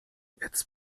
its